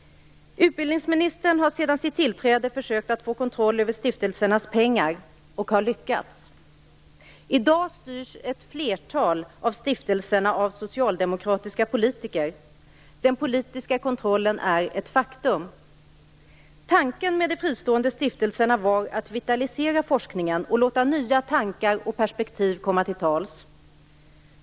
Utbildningsministern har sedan sitt tillträde försökt få kontroll över stiftelsernas pengar, och han har också lyckats. I dag styrs ett flertal av stiftelserna av socialdemokratiska politiker. Den politiska kontrollen är ett faktum. Tanken med de fristående stiftelserna var att vitalisera forskningen och låta nya tankar och perspektiv komma till tals.